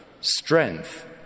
strength